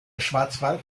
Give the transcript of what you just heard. schwarzwald